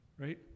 Right